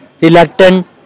reluctant